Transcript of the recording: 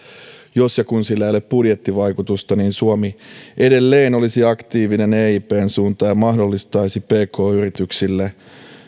jos ja kun sillä ei ole budjettivaikutusta niin suomi edelleen olisi aktiivinen eipn suuntaan ja mahdollistaisi pk yrityksille